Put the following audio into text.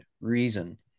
reason